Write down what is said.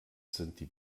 sind